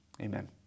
amen